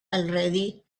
already